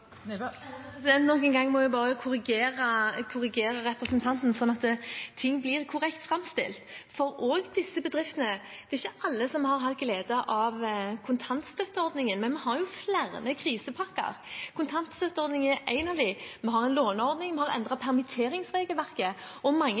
gang må jeg bare korrigere representanten, sånn at ting blir korrekt framstilt. Det er ikke alle som har hatt glede av kontantstøtteordningen, men vi har jo flere krisepakker. Kontantstøtteordningen er én av dem. Vi har en låneordning, vi har